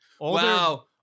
wow